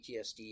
PTSD